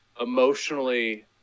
emotionally